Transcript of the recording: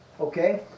okay